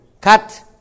Cut